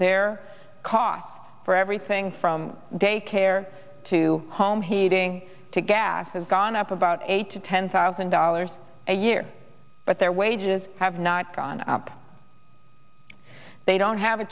their cost for everything from daycare to home heating to gas has gone up about eight to ten thousand dollars a year but their wages have not gone up they don't have a